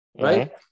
right